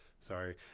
sorry